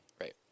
Right